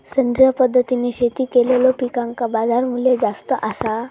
सेंद्रिय पद्धतीने शेती केलेलो पिकांका बाजारमूल्य जास्त आसा